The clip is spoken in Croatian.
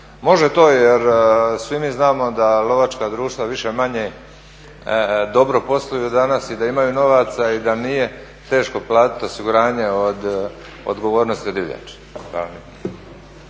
Može to, jer svi mi znamo da lovačka društva više-manje dobro posluju danas i da imaju novaca i da nije teško platiti osiguranje od odgovornosti od divljači.